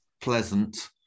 pleasant